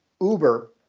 Uber